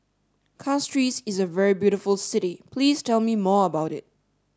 Castries is a very beautiful city please tell me more about it